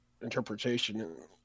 interpretation